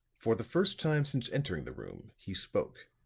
for the first time since entering the room, he spoke.